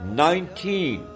nineteen